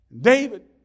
David